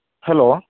hello